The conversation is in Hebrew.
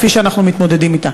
כפי שאנחנו מתמודדים אתה?